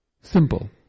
Simple